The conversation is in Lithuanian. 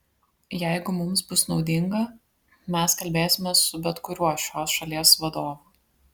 jeigu mums bus naudinga mes kalbėsimės su bet kuriuo šios šalies vadovu